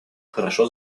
хорошо